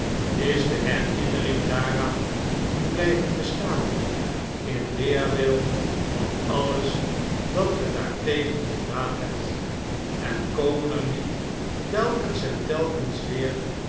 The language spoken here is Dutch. is de herinnering daaraan niet blijven bestaaai in weerwil van alles dat ge daartegen gedaan hebt en koinen er niet telkens en telkens weer